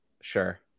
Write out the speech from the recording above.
sure